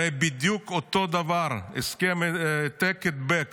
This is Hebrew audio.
הרי בדיוק אותו דבר, הסכם העתק-הדבק